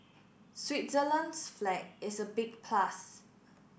Switzerland's flag is a big plus